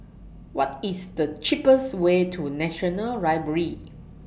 What IS The cheapest Way to National Library